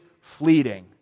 fleeting